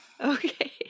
Okay